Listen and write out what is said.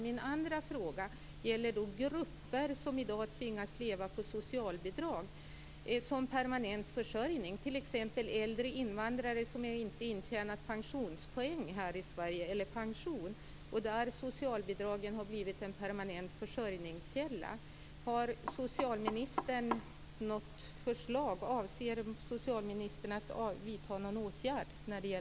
Min andra fråga gäller grupper som i dag tvingas leva på socialbidrag som permanent försörjning, t.ex.